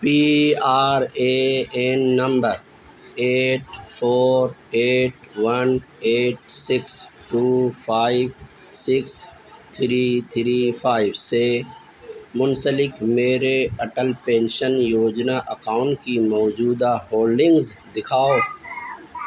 P R A N number eight four eight one eight six two five six three three five سے منسلک میرے Atal pension Yojana account کی موجودہ holdings دکھاؤ